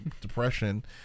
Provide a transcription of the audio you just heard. depression